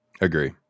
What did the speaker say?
Agree